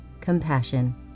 compassion